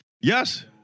Yes